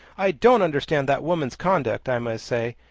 i don't understand that woman's conduct, i must say.